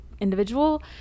individual